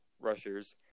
rushers